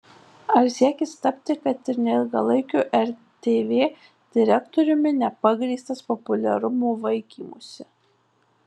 ar siekis tapti kad ir neilgalaikiu rtv direktoriumi nepagrįstas populiarumo vaikymusi